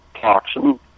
toxin